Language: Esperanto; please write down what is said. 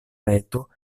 reto